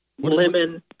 lemon